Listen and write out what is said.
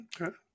Okay